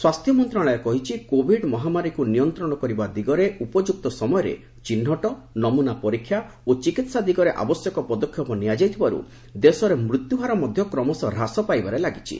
ସ୍ୱାସ୍ଥ୍ୟ ମନ୍ତ୍ରଣାଳୟ କହିଛି କୋଭିଡ୍ ମହାମାରୀକୁ ନିୟନ୍ତ୍ରଣ କରିବା ଦିଗରେ ଉପଯ୍ୟକ୍ତ ସମୟରେ ଚିହ୍ରଟ ନମ୍ରନା ପରୀକ୍ଷା ଓ ଚିକିହା ଦିଗରେ ଆବଶ୍ୟକ ପଦକ୍ଷେପ ନିଆଯାଇଥିବାରୁ ଦେଶରେ ମୃତ୍ୟୁହାର ମଧ୍ୟ କ୍ରମଶଃ ହ୍ରାସ ପାଇବାରେ ଲାଗିଛି